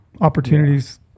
opportunities